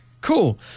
cool